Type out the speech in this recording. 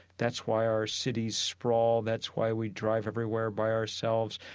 that's why our cities sprawl. that's why we drive everywhere by ourselves,